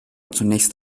zunächst